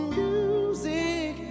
music